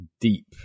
deep